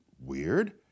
weird